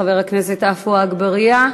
חבר הכנסת עפו אגבאריה,